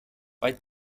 bei